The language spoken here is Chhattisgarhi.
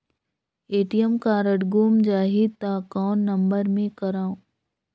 ए.टी.एम कारड गुम जाही त कौन नम्बर मे करव?